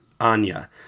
Anya